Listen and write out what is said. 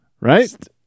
Right